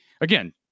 again